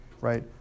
Right